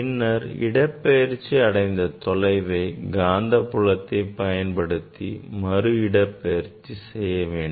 பின்னர் இடப்பெயர்ச்சி அடைந்த தொலைவை காந்தப்புலத்தை பயன்படுத்தி மறு இடப்பெயர்ச்சி செய்ய வேண்டும்